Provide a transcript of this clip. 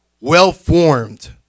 well-formed